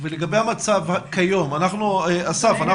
לגבי המצב כיום, אסף,